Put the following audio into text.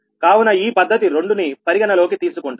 కావున ఈ పద్ధతి 2 ని పరిగణనలోకి తీసుకుంటాం